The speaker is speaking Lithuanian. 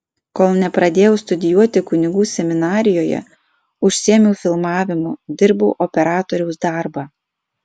kol nepradėjau studijuoti kunigų seminarijoje užsiėmiau filmavimu dirbau operatoriaus darbą